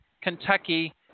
kentucky